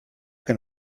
que